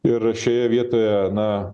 ir šioje vietoje na